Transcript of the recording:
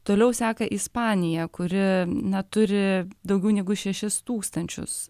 toliau seka ispanija kuri neturi daugiau negu šešis tūkstančius